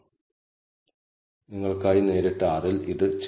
ഈ ലംബ രേഖയെ നീല ഡോട്ട് പ്രതിനിധീകരിക്കുന്നു അതിനെ നമ്മൾ ŷi എന്ന് വിളിക്കുന്നു